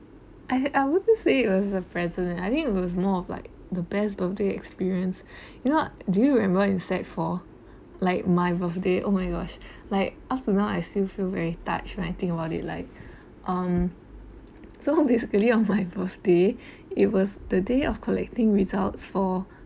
I I wouldn't say it was a present I think it was more of like the best bounty experience you know do you remember in sec four like my birthday oh my gosh like up till now I still feel very touched when I think about it like um so basically on my birthday it was the day of collecting results for